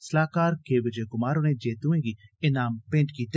सलाहकार के विजय कुमार होरें जूतुएं गी इनाम भेंट कीते